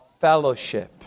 fellowship